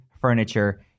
furniture